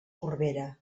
corbera